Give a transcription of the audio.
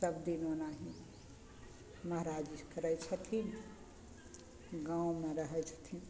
सबदिन ओनाही महाराज जी करय छथिन गाँवमे रहय छथिन